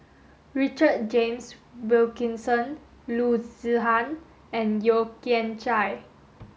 Richard James Wilkinson Loo Zihan and Yeo Kian Chai